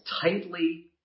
tightly